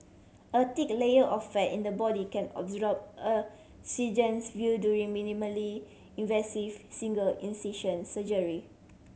a thick layer of fat in the body can a surgeon's view during minimally invasive single incision surgery